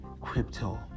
crypto